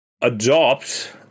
adopt